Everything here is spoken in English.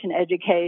education